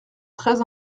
très